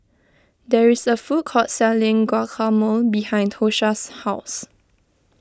there is a food court selling Guacamole behind Tosha's house